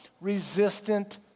resistant